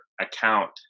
account